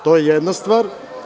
To je jedna stvar.